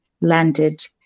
landed